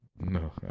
No